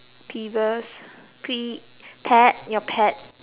peeves P pet your pet